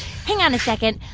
hang on a second.